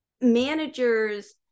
managers